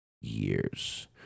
years